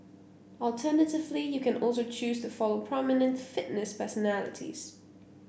alternatively you can also choose to follow prominent fitness personalities